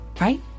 right